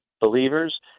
believers